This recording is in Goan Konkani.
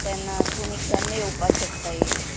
तेन्ना तुमी केन्ना येवपाक शकताय